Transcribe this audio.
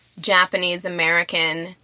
Japanese-American